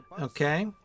Okay